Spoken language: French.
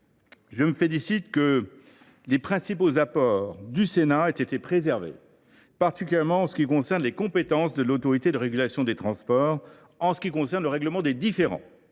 Je me félicite que les principaux apports du Sénat aient été préservés, particulièrement en ce qui concerne les compétences de l’Autorité de régulation des transports en matière de règlement des différends.